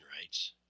rights